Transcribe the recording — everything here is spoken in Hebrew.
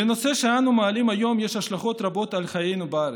לנושא שאנו מעלים היום יש השלכות רבות על חיינו בארץ.